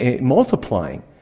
multiplying